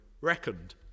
reckoned